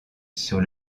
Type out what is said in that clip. sur